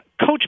coach